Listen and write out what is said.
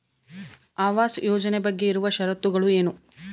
ಆವಾಸ್ ಯೋಜನೆ ಬಗ್ಗೆ ಇರುವ ಶರತ್ತುಗಳು ಏನು?